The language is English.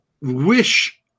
wish